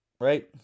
right